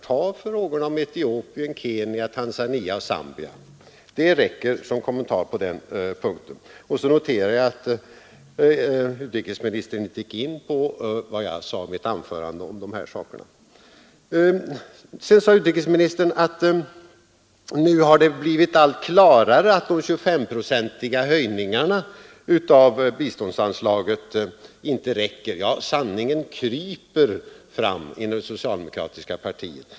Ta frågorna om Etiopien, Kenya, Tanzania och Zambia. Det räcker som kommentar på den punkten. Jag noterar att utrikesministern inte gick in på vad jag sade om dessa spörsmål i mitt anförande. Sedan sade utrikesministern att nu har det blivit allt klarare att de 25-procentiga höjningarna av biståndsanslagen inte räcker. Ja, sanningen kryper fram inom det socialdemokratiska partiet.